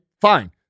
Fine